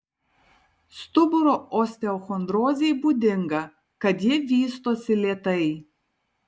stuburo osteochondrozei būdinga kad ji vystosi lėtai